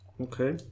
Okay